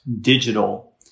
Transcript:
digital